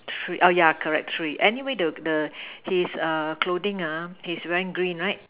three oh yeah correct three anyway the the his err clothing uh he's wearing green right